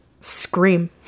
scream